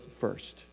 first